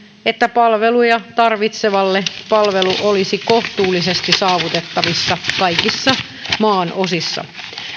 että palveluja tarvitsevalle palvelu olisi kohtuullisesti saavutettavissa kaikissa maan osissa